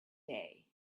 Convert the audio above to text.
day